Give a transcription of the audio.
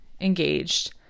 engaged